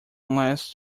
unless